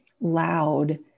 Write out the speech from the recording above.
loud